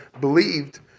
believed